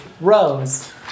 Rose